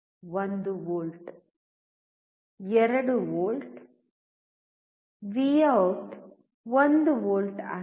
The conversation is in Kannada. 1 ವೋಲ್ಟ್ 2 ವೋಲ್ಟ್ ವಿಔಟ್ 1 ವೋಲ್ಟ್ ಆಗಿದೆ